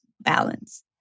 balance